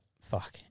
fuck